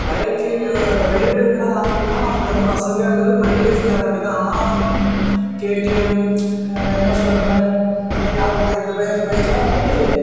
bike ர ride இதுனால் வாங்கப் போனால் நமக்கு வந்து வசதியாக இருக்கிறது மைலேஜ் தர்ற வண்டி தான் ஆனால் வந்து கேடிஎம் என்எஸ் டூ ஹண்ட்ரட் இந்த மாதிரி ஆர் ஒன் ஃபைவ் இந்த மாதிரி பைக்லாம் வந்து